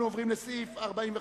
אנחנו עוברים לפרק י' פרק החינוך,